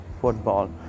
football